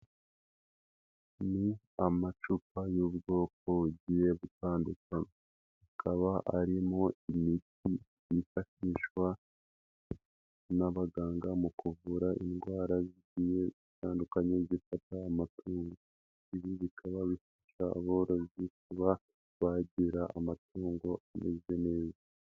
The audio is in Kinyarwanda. Ni amacupa y'ubwoko bugiye gutandukanye. Akaba arimo imiti yifashishwa n'abaganga mu kuvura indwara zigiye zitandukanye zifata amatungo. Ibi bikaba bifasha aborozi kuba bagira amatungo ameze neza.